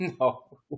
no